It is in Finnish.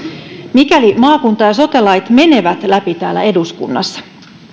mikäli maakunta ja sote lait menevät läpi täällä eduskunnassa